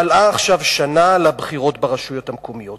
מלאה עכשיו שנה לבחירות ברשויות המקומיות,